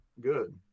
good